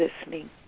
listening